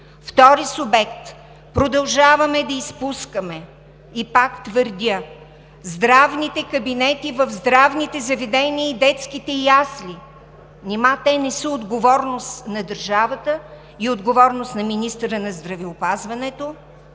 Втори субект, продължаваме да изпускаме, и пак твърдя, здравните кабинети в здравните заведения и детските ясли. Нима те не са отговорност на държавата и на министъра на здравеопазването?